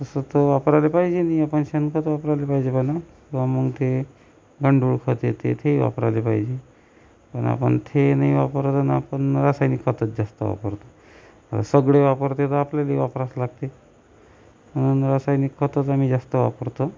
तसं तर वापराले पाहिजे नाही आहे पण शेणखत वापरायला पाहिजे किवा मग ते गांडूळखत येते ते वापरायला पाहिजे पण आपण ते नाही वापरत आणि आपण रासायनिक खतच जास्त वापरतो सगळे वापरते तर आपल्यालाही वापरावंच लागते रासायनिक खतच आम्ही जास्त वापरतो